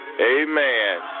Amen